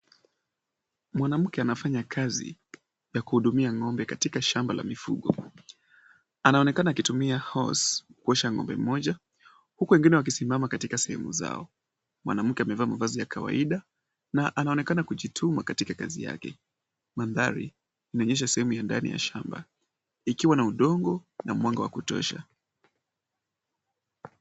Mwanamke anafanya kazi ya kuhudumia ng'ombe katika shamba la mifugo. Anaonekana akitumia hose , kuosha ng'ombe mmoja, huku wengine wakisimama katika sehemu zao. Mwanamke amevaa mavazi ya kawaida na anaonekana kujituma katika kazi yake. Mandhari inaonyesha sehemu ya ndani ya shamba, ikiwa na udongo na mwanga wa kutosha.